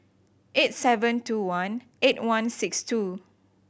eight seven two one eight one six two